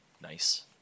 nice